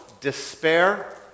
despair